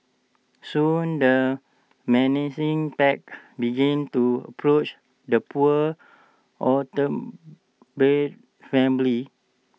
soon the menacing pack began to approach the poor family